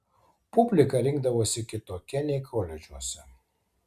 publika rinkdavosi kitokia nei koledžuose